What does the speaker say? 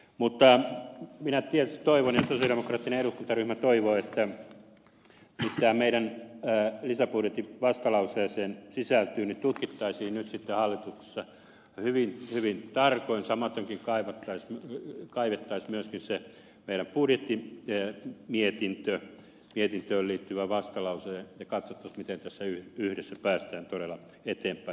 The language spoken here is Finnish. mutta minä tietysti toivon ja sosialidemokraattinen eduskuntaryhmä toivoo että mitä nyt tähän meidän lisäbudjettivastalauseeseemme sisältyy niin tutkittaisiin nyt sitten hallituksessa hyvin hyvin tarkoin samatenkin kaivettaisiin myöskin se meidän budjettimietintöömme liittyvä vastalause ja katsottaisiin miten tässä yhdessä päästäisiin todella eteenpäin